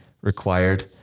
required